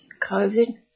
COVID